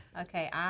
Okay